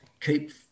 keep